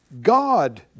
God